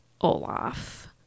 Olaf